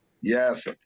yes